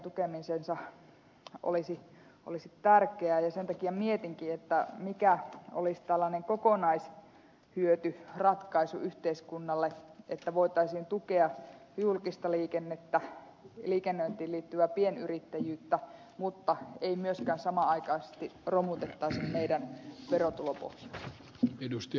tietysti heidän tukemisensa olisi tärkeää ja sen takia mietinkin mikä olisi tällainen kokonaishyötyratkaisu yhteiskunnalle että voitaisiin tukea julkista liikennettä liikennöintiin liittyvää pienyrittäjyyttä mutta ei myöskään samanaikaisesti romutettaisi meidän verotulopohjaamme